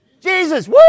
Jesus